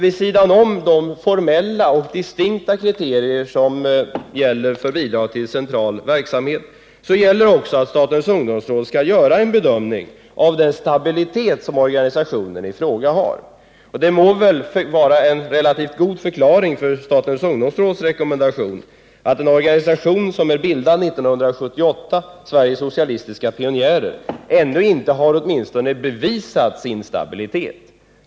Vid sidan om de formella och distinkta kriterier som uppställts för bidrag till central verksamhet gäller också att statens ungdomsråd skall göra en bedömning av den stabilitet som organisationen i fråga har. Det må vara en relativt god förklaring till statens ungdomsråds rekommendation, att en organisation som är bildad 1978, Sveriges socialistiska pionjärer, inte har bevisat sin stabilitet — inte ännu åtminstone.